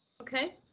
Okay